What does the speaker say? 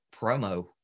promo